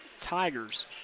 tigers